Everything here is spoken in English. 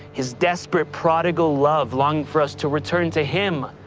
his desperate prodigal love longing for us to return to him,